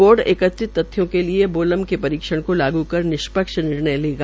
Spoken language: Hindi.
बोर्ड एकत्रित तथ्यों के लिए बोलम के परीक्षण केा लाग निष्पक्ष निर्णय लेगा